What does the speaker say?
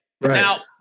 Now